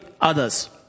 others